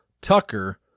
Tucker